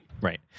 Right